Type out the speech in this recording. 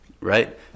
right